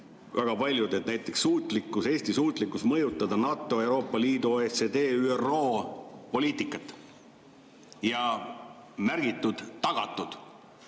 väga palju: Eesti suutlikkus mõjutada NATO, Euroopa Liidu, OECD, ÜRO poliitikat, ja märgitud: tagatud.